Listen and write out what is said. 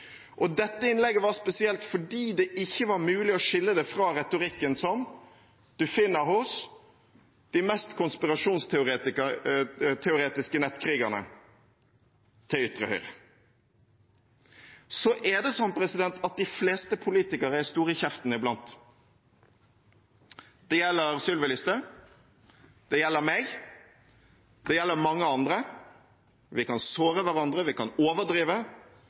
Og dette innlegget var spesielt fordi det ikke var mulig å skille det fra retorikken som en finner hos de mest konspirasjonsteoretiske nettkrigerne til ytre høyre. Så er det slik at de fleste politikere er store i kjeften iblant. Det gjelder Sylvi Listhaug, det gjelder meg, og det gjelder mange andre. Vi kan såre hverandre, vi kan overdrive